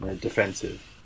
defensive